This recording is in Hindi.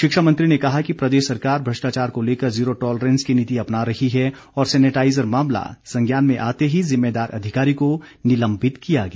शिक्षा मंत्री ने कहा है कि प्रदेश सरकार भ्रष्टाचार को लेकर जीरो टॉलरेंस की नीति अपना रही है और सेनिटाइज़र मामला संज्ञान में आते ही जिम्मेदार अधिकारी को निलंबित किया गया